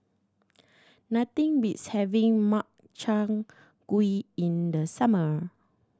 nothing beats having Makchang Gui in the summer